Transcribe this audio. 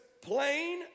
plain